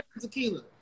tequila